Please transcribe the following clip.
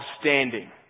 standing